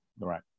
Right